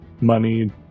money